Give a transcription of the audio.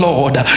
Lord